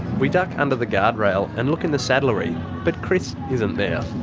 we duck under the guard rail, and look in the saddlery but chris isn't there.